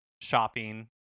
shopping